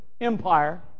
empire